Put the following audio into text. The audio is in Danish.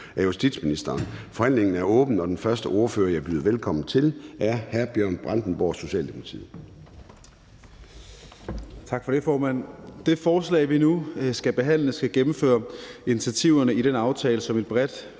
(Søren Gade): Forhandlingen er åbnet, og den første ordfører, jeg byder velkommen til, er hr. Bjørn Brandenborg, Socialdemokratiet.